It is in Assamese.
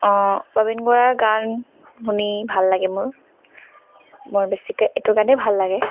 অঁ প্ৰবীণ বৰাৰ গান শুনি ভাল লাগে মোৰ বৰ বেছিকৈ এইটো গানেই ভাল লাগে